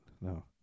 No